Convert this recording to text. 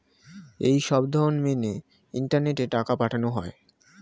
এই সবধরণ মেনে ইন্টারনেটে টাকা পাঠানো হয়